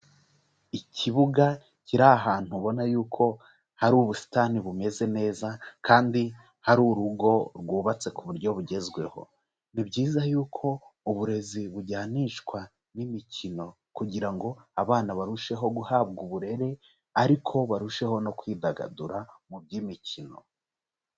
Ikibuga kiri ahantu ubona yuko hari ubusitani bumeze neza kandi hari urugo rwubatse ku buryo bugezweho. Ni byiza yuko uburezi bujyanishwa n'imikino kugira ngo abana barusheho guhabwa uburere ariko barusheho no kwidagadura mu by'imikino.